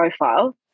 profile